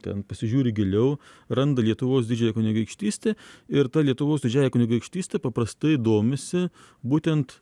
ten pasižiūri giliau randa lietuvos didžiąją kunigaikštystę ir ta lietuvos didžiąja kunigaikštyste paprastai domisi būtent